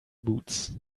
boots